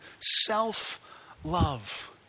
self-love